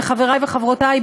וחברי וחברותי,